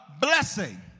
blessing